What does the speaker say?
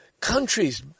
countries